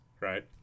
right